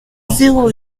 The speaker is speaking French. zéro